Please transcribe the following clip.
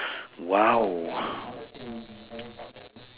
!wow!